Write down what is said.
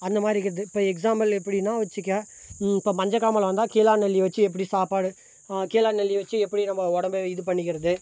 அந்த மாதிரி இருக்கிறது இப்போ எக்ஸாம்பில் எப்படின்னா வெச்சுக்க இப்போ மஞ்சள் காமாலை வந்தால் கீழாநெல்லி வெச்சு எப்படி சாப்பாடு கீழாநெல்லி வெச்சு எப்படி நம்ம உடம்பு இது பண்ணிக்கிறது